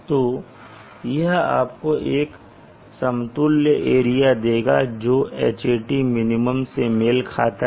तो यह आपको एक समतुल्य एरिया देगा जो Hat min से मेल खाता है